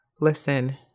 Listen